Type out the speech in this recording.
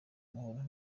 mahoro